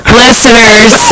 listeners